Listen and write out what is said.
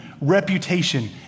reputation